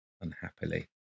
unhappily